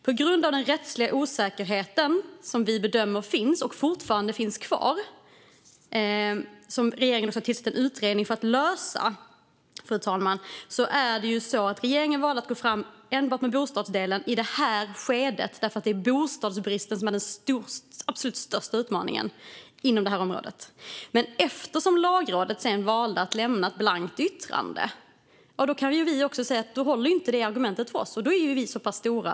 På grund av den rättsliga osäkerhet som vi bedömer fortfarande finns kvar och som regeringen har tillsatt en utredning för att lösa, fru talman, valde regeringen att gå fram med enbart bostadsdelen i detta skede. Det är nämligen bostadsbristen som är den absolut största utmaningen på detta område. Men Lagrådet valde sedan att lämna ett blankt yttrande, och då är vi så pass stora att vi kan säga att det argumentet inte håller för oss.